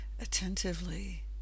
attentively